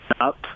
up